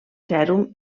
sèrum